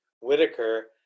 Whitaker